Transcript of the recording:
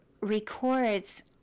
records